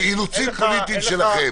מה לעשות, זה אילוצים פוליטיים שלכם.